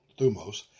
thumos